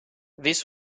this